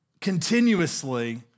continuously